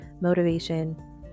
motivation